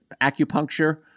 acupuncture